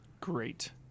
Great